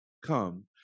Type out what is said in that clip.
Come